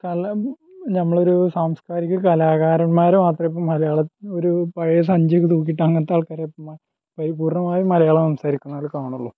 കല നമ്മൾ ഒരൂ സാംസ്കാരിക കലാകാരന്മാർ മാത്രം ഇപ്പം മലയാളം ഒരു പഴയ സഞ്ചിയൊക്കെ തൂക്കിയിട്ട് അങ്ങനത്തെ ആള്ക്കാർ ഇപ്പം പൂര്ണ്ണമായും മലയാളം സംസാരിക്കുന്നതായി കാണുകയുള്ളു